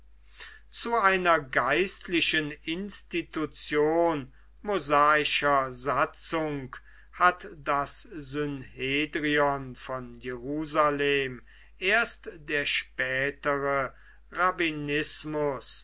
zu einer geistlichen institution mosaischer satzung hat das synhedrion von jerusalem erst der spätere rabbinismus